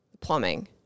Plumbing